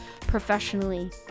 professionally